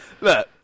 Look